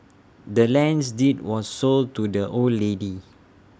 the land's deed was sold to the old lady